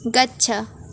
गच्छ